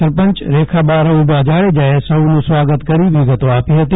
સરપંચ રેખાબા રવુભા જાડેજાએ સૌનું સ્વાગત કરી વિગતો આપી ફતી